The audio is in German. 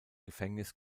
gefängnis